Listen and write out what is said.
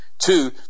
Two